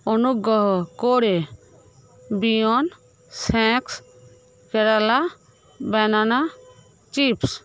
অনুগ্রহ করে beyond snacks Kerala banana chips